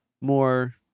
more